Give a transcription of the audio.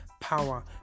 power